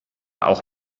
auch